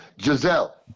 Giselle